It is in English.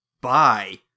Bye